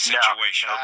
situation